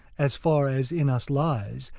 as far as in us lies,